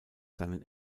seinen